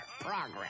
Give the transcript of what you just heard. Progress